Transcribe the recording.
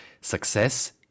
Success